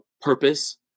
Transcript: purpose